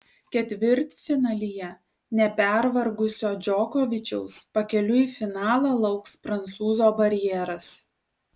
ketvirtfinalyje nepervargusio džokovičiaus pakeliui į finalą lauks prancūzo barjeras